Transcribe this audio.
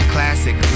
Classic